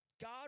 God